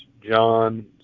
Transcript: John